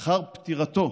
לאחר פטירתו